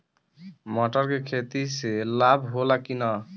मटर के खेती से लाभ होला कि न?